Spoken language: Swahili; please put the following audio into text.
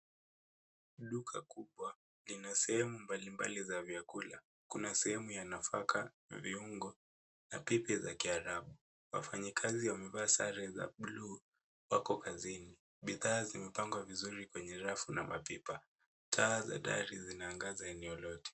Duka kubwa lina sehemu mbalimbali za vyakula. Kuna sehemu ya nafaka, viungo na pipi za kiharabu. wafanyikazi wamevaa sare za bluu, wako kazini. Bidhaa zimepangwa vizuri kwenye rafu na mapipa. Taa za dari zinaangaza eneo lote.